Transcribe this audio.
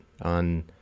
on